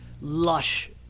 lush